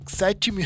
sete